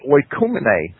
Oikumene